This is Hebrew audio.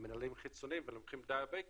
למנהלים חיצוניים, והם לוקחים די הרבה כסף,